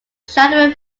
shadowy